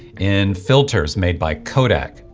in filters made by kodak,